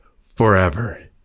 forever